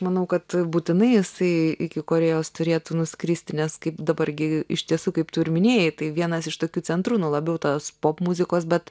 manau kad būtinai jisai iki korėjos turėtų nuskristi nes kaip dabar gi iš tiesų kaip tu ir minėjai tai vienas iš tokių centrų nu labiau tas popmuzikos bet